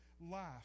life